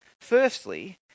Firstly